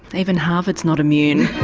even harvard's not immune.